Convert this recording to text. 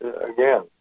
Again